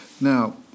Now